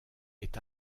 est